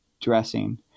dressing